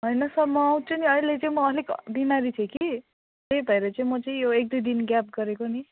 होइन सर म आउँछु नि अहिले चाहिँ म अलिक बिमारी थिएँ कि त्यही भएर चाहिँ म चाहिँ यो एक दुई दिन ग्याप गरेको नि